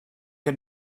can